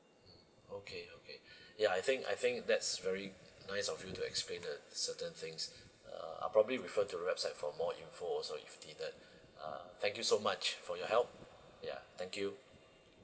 mm okay okay ya I think I think that's very nice of you to explain the certain things uh I'll probably refer to the website for more info also if you didn't uh thank you so much for your help yeah thank you